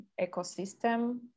ecosystem